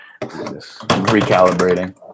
Recalibrating